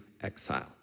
exile